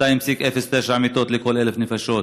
2.09 מיטות לכל 1,000 נפשות,